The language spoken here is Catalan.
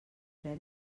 fred